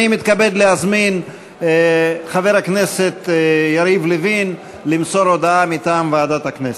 אני מתכבד להזמין את חבר הכנסת יריב לוין למסור הודעה מטעם ועדת הכנסת.